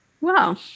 Wow